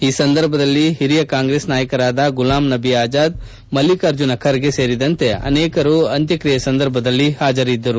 ಈ ಸಂದರ್ಭದಲ್ಲಿ ಹಿರಿಯ ಕಾಂಗ್ರೆಸ್ ನಾಯಕರಾದ ಗುಲಾಂ ನಬಿ ಆಜಾದ್ ಮಲ್ಲಿಕಾರ್ಜುನ್ ಖರ್ಗೆ ಸೇರಿದಂತೆ ಅನೇಕರು ಅಂತ್ಸಕ್ರಿಯೆ ಸಂದರ್ಭದಲ್ಲಿ ಹಾಜರಿದ್ದರು